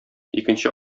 икенче